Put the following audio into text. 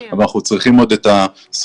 אנחנו צריכים עוד את ה-24,